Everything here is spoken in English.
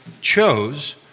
chose